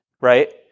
right